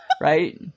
right